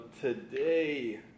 today